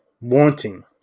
wanting